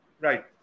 right